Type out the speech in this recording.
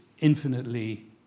infinitely